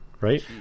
Right